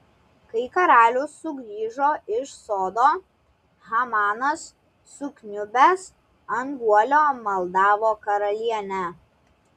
kai karalius sugrįžo iš sodo hamanas sukniubęs ant guolio maldavo karalienę